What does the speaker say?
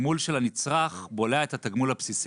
שהתגמול של הנצרך בולע את התגמול הבסיסי.